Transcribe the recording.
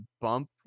bump